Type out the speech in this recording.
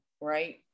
right